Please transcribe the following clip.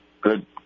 good